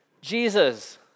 Jesus